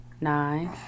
Nine